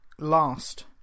Last